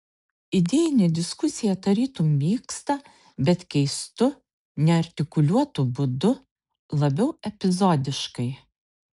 idėjinė diskusija tarytum vyksta bet keistu neartikuliuotu būdu labiau epizodiškai